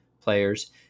players